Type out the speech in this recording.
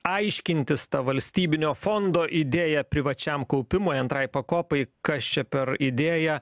aiškintis tą valstybinio fondo idėją privačiam kaupimui antrai pakopai kas čia per idėja